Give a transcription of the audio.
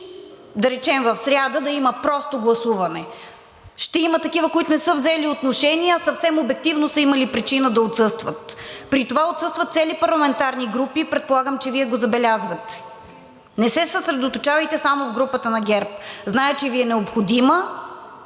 да речем, в сряда да има просто гласуване. Ще има такива, които не са взели отношение, а съвсем обективно са имали причина да отсъстват. При това отсъстват цели парламентарни групи – предполагам, че Вие го забелязвате. Не се съсредоточавайте само в групата на ГЕРБ – зная, че Ви е необходима